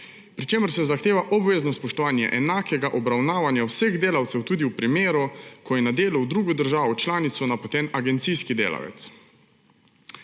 pri čemer se zahteva obvezno spoštovanje enakega obravnavanja vseh delavcev tudi v primeru, ko je na delo v drugo državo članico napoten agencijski delavec.